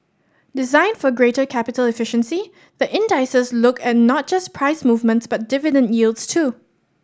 designed for greater capital efficiency the indices look at not just price movements but dividend yields too